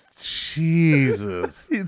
Jesus